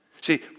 See